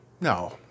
No